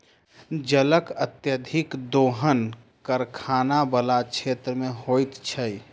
जलक अत्यधिक दोहन कारखाना बला क्षेत्र मे होइत छै